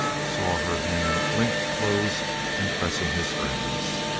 saw her hand linked close and pressing his friend's.